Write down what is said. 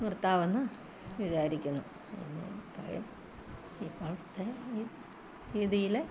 നിർത്താമെന്നു വിചാരിക്കുന്നു പിന്നെ ഇത്രയും ഇപ്പോഴത്തെ ഈ രീതിയിൽ